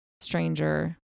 stranger